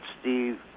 Steve